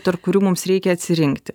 tarp kurių mums reikia atsirinkti